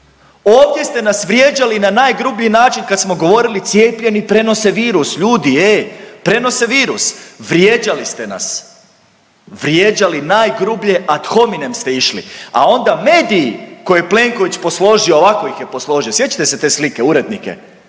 Ovdje ste nas vrijeđali na najgrublji način kad smo govorili cijepljeni prenose virus, ljudi ej prenose virus, vrijeđali ste nas, vrijeđali najgrublje ad hominem ste išli. A onda mediji koje Plenković posložio, ovako ih je posložio, sjećate se te slike urednike